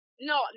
No